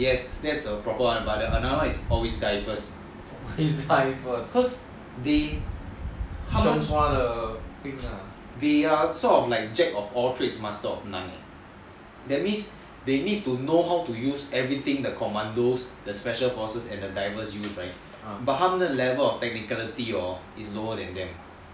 yes that's the proper [one] but there's another one is always die first cause they are sort of like jack of all trades but master of none that means they need to know how to use everything that the commandos and special forces and divers use but their level of technicality is lower than them